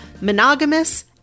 monogamous